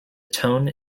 tone